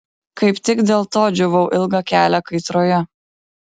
kaip tik dėl to džiūvau ilgą kelią kaitroje